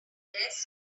desk